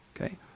okay